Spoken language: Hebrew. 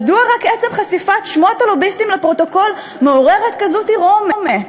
מדוע רק עצם חשיפת שמות הלוביסטים לפרוטוקול מעוררת כזו תרעומת?